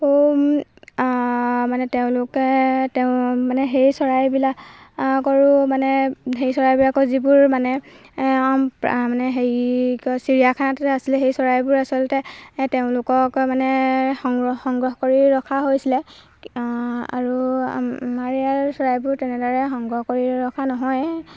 মানে তেওঁলোকে তেওঁ মানে সেই চৰাইবিলাক আগৰো মানে হেৰি চৰাইবিলাকৰ যিবোৰ মানে মানে হেৰি কি কয় চিৰিয়াখানাতে আছিলে সেই চৰাইবোৰ আচলতে তেওঁলোকক মানে সংগ্ৰহ সংগ্ৰহ কৰি ৰখা হৈছিলে আৰু আমাৰ ইয়াৰ চৰাইবোৰ তেনেদৰে সংগ্ৰহ কৰি ৰখা নহয়